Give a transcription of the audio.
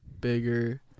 bigger